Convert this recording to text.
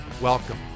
Welcome